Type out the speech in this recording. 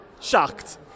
Shocked